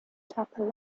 tupper